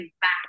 back